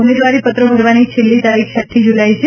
ઉમેદવારીપત્રો ભરવાની છેલ્લી તારીખ છઠ્ઠી જુલાઇ છે